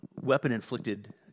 weapon-inflicted